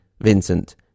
Vincent